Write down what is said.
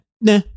nah